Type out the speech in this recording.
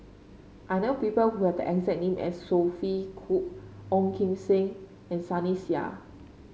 I know people who have the exact name as Sophia Cooke Ong Kim Seng and Sunny Sia